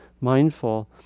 mindful